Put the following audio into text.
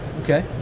Okay